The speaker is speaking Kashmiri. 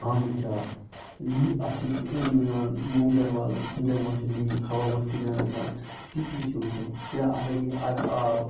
آمُت چھا لیٖک اتھ چھِ أنٛدۍ أنٛدۍ یِوان مومجام وَلہٕ کُنہِ جایہِ ما چھُ لیٖک ہَوا ما چھُ کُنہِ جایہِ نَژان تہِ چیٖز چھ وٕچھُن یا اگر یہِ اَرٕ آو